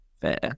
fair